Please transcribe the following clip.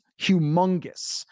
humongous